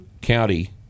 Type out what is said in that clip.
county